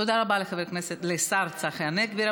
תודה רבה לשר צחי הנגבי.